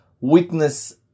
witness